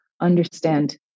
understand